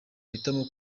bahitamo